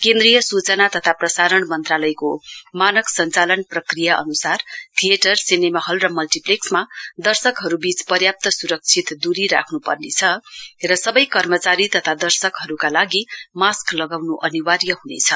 केन्द्रीय सुचना तथा प्रसारण मन्त्रालयको मानक संचालन प्रक्रिया अनुसार थियेटर सिनेमाहल र मल्टीरलेक्समा दर्शकहरुबीच पर्याप्त सुरक्षित दूरी राख्नु पर्नेछ र सबै कर्मचारी तथा दर्शकहरुका लागि मास्क लगाउनु अनिवार्य हुनेछ